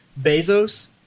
Bezos